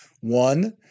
One